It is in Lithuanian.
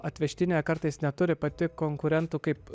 atvežtinė kartais neturi pati konkurentų kaip